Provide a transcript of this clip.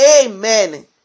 Amen